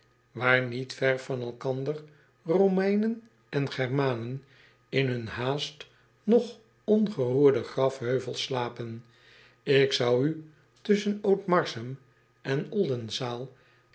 waar niet ver van elkander omeinen en ermanen in hun haast nog ongeroerde grafheuvels slapen k zou u tusschen otmarsum en ldenzaal